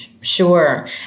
Sure